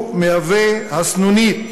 מהווה הסנונית